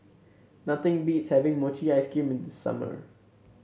nothing beats having Mochi Ice Cream in the summer